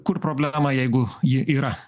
kur problema jeigu ji yra